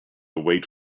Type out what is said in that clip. wait